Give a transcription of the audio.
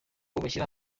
bashyira